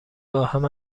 باهم